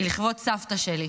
סגירת מעגל לכבוד סבתא שלי.